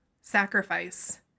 sacrifice